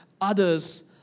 others